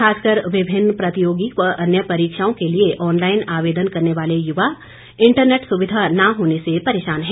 खासकर विभिन्न प्रतियोगी व अन्य परीक्षाओं के लिए ऑनलाईन आवेदन करने वाले युवा इंटरनेट सुविधा न होने से परेशान है